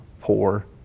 poor